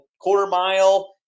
quarter-mile